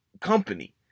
company